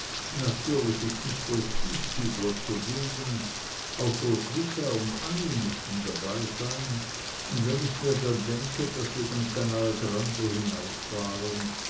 natürlich ist nicht bloß gieshübler zugegen auch roswitha und annie müssen dabeisein und wenn ich mir dann denke daß wir den canale grande hinauffahren